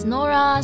Nora